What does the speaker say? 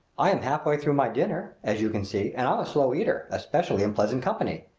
i am halfway through my dinner, as you can see, and i'm a slow eater especially in pleasant company.